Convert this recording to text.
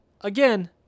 Again